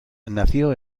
nació